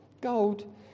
Gold